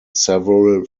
several